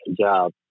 job